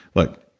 look,